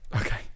Okay